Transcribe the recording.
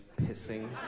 pissing